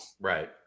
Right